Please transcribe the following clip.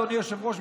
אדוני היושב-ראש,